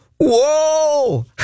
Whoa